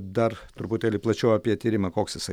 dar truputėlį plačiau apie tyrimą koks jisai